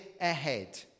ahead